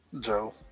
Joe